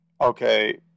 Okay